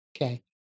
Okay